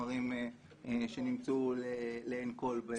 החומרים שנמצאו לעין כל באתרי האינטרנט.